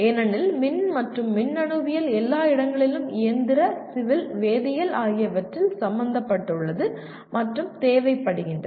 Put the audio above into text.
ஏனெனில் மின் மற்றும் மின்னணுவியல் எல்லா இடங்களிலும் இயந்திர சிவில் வேதியியல் ஆகியவற்றில் சம்பந்தப்பட்டுள்ளது மற்றும் தேவைப்படுகின்றன